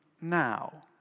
now